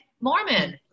Mormon